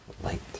light